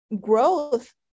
growth